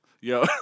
Yo